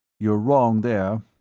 you're wrong there.